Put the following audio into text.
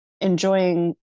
enjoying